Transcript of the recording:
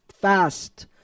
fast